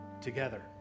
together